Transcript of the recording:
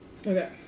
Okay